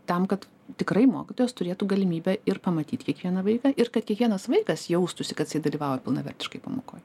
tam kad tikrai mokytojas turėtų galimybę ir pamatyt kiekvieną vaiką ir kad kiekvienas vaikas jaustųsi kad jisai dalyvauja pilnavertiškai pamokoj